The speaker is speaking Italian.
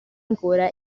ancora